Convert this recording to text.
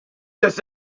this